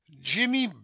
jimmy